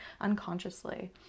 unconsciously